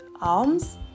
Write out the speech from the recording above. arms